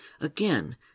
Again